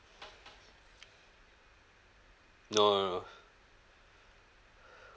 no no no